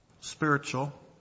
Spiritual